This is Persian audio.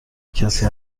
کسی